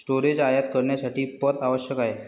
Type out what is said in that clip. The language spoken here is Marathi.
स्टोरेज आयात करण्यासाठी पथ आवश्यक आहे